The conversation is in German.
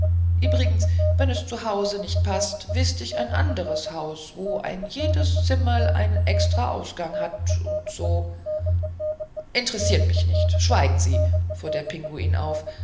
ibrigens wenn es zu hause nicht paßt wißt ich ein anderes haus wo ein jeds zimmerl einen extern ausgang hat und so interessiert mich nicht schweigen sie fuhr der pinguin auf